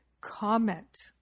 comment